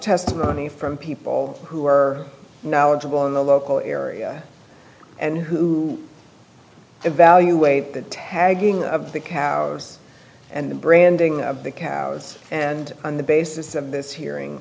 testimony from people who are knowledgeable in the local area and who evaluate the tagging of the cows and the branding of the cows and on the basis of this hearing